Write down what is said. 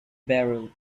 barrel